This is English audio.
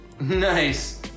Nice